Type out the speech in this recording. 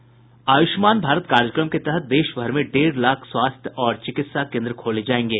आयुष्मान भारत कार्यक्रम के तहत देश भर में डेढ़ लाख स्वास्थ्य और चिकित्सा कोन्द्र खोले जाएंगे